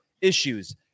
issues